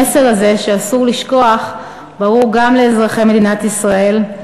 המסר הזה שאסור לשכוח ברור גם לאזרחי מדינת ישראל,